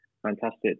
Fantastic